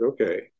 okay